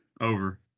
over